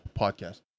podcast